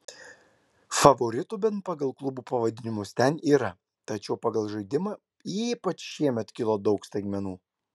favoritų bent pagal klubų pavadinimus ten yra tačiau pagal žaidimą ypač šiemet kilo daug staigmenų